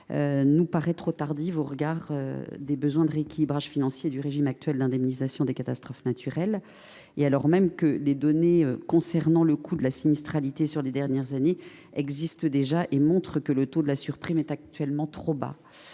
2030 serait trop tardive au regard du besoin actuel de rééquilibrage financier du régime d’indemnisation des catastrophes naturelles. De plus, les données relatives au coût de la sinistralité sur les dernières années existent déjà et montrent que le taux de surprime est actuellement trop